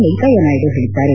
ವೆಂಕಯ್ನನಾಯ್ನು ಹೇಳದ್ದಾರೆ